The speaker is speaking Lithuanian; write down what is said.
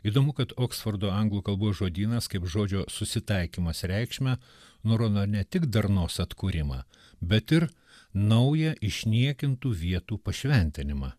įdomu kad oksfordo anglų kalbos žodynas kaip žodžio susitaikymas reikšmę nurodo ne tik darnos atkūrimą bet ir naują išniekintų vietų pašventinimą